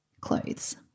clothes